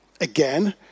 Again